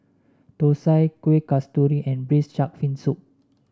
thosai Kuih Kasturi and Braised Shark Fin Soup